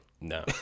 No